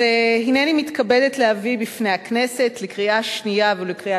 הנני מתכבדת להביא בפני הכנסת לקריאה שנייה ולקריאה